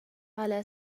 على